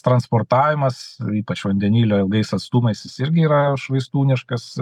transportavimas ypač vandenilio ilgais atstumais jis irgi yra švaistūniškas